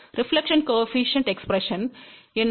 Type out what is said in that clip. reflection coefficient எஸ்பிரஸின் என்ன